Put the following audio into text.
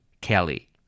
Kelly